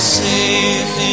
safe